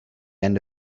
end